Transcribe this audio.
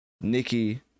nikki